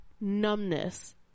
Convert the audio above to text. numbness